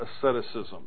asceticism